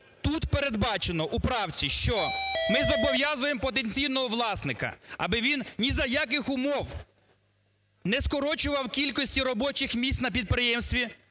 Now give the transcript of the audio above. Тут передбачено у правці, що ми зобов'язуємо потенційного власника, аби він ні за яких умови не скорочував кількості робочих місць на підприємстві